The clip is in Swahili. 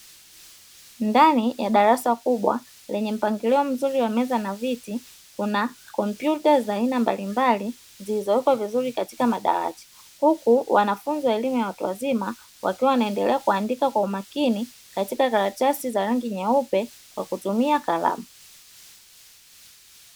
Ndani ya darasa kubwa lenye mpangilio mzuri wa meza na viti kuna kompyuta za aina mbalimbali zilizowekwa vizuri katika madawati. Huku wanafunzi wa elimu ya watu wazima wakiwa wanaendelea kuandika kwa makini katika karatasi za rangi nyeupe kwa kutumia kalamu.